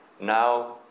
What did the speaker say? now